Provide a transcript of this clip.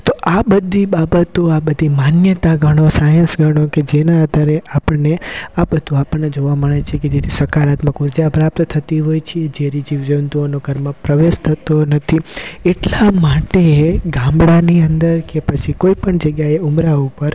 તો આ બધી બાબતો આ બધી માન્યતા ગણો સાયન્સ ગણો કે જેના આધારે આપણને આ બધું આપણને જોવા મળે છે કે જેથી સકારાત્મક ઉર્જા પ્રાપ્ત થતી હોય છે ઝેરી જીવજંતુઓનું ઘરમાં પ્રવેશ થતો નથી એટલા માટે ગામડાની અંદર કે પછી કોઈ પણ જગ્યાએ ઉંબરા ઉપર